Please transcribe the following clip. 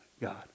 God